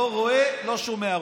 לא רואה, לא שומע.